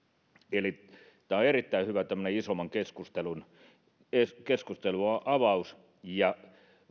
eli tämä on erittäin hyvä isomman keskustelun avaus ja